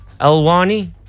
Alwani